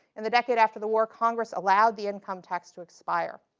in the decade after the war, congress allowed the income tax to expire.